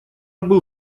был